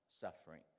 suffering